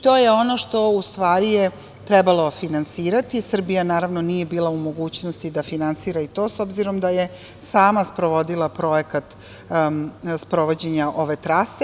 To je ono što u stvari, trebalo finansirati, Srbija naravno, nije bila u mogućnosti da finansira i to s obzirom, da je sama sprovodila projekat sprovođenja ove trase.